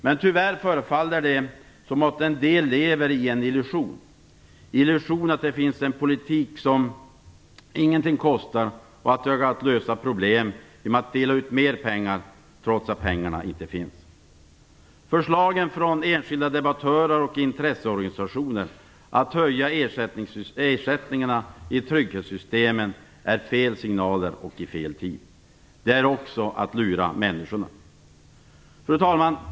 Men det förefaller tyvärr som om en del lever i en illusion; en illusion om att det finns en politik som ingenting kostar och att det går att lösa problem genom att dela ut mer pengar trots att pengarna inte finns. Förslagen från enskilda debattörer och intresseorganistationer om att höja ersättningarna i trygghetssystemen är fel signaler i fel tid. Det är också att lura människorna.